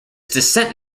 dissent